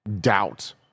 doubt